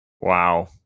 Wow